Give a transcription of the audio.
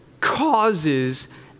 causes